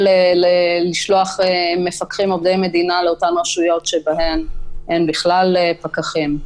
לשלוח מפקחים עובדי מדינה לאותן רשויות שבהן אין בכלל פקחים.